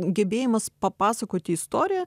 gebėjimas papasakoti istoriją